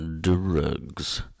drugs